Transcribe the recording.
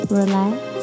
relax